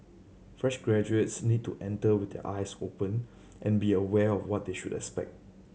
fresh graduates need to enter with their eyes open and be aware of what they should expect